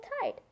tide